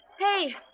Hey